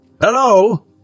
Hello